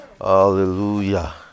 hallelujah